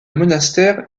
monastère